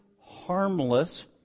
harmless